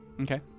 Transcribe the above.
Okay